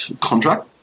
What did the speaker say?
contract